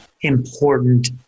important